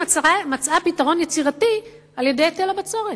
מצאה פתרון יצירתי על-ידי היטל הבצורת.